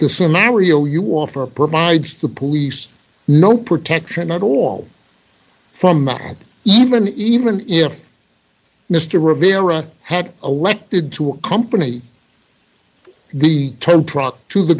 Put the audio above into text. the scenario you offer a provides the police no protection at all from even even if mr rivera had aleck did to accompany the tow truck to the